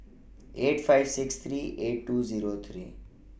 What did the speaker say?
eight five six three eight two Zero three